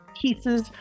pieces